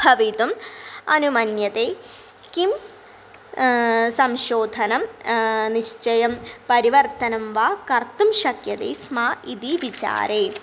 भवितुम् अनुमन्यते किं संशोधनं निश्चयं परिवर्तनं वा कर्तुं शक्यते स्म इति विचारे